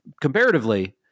comparatively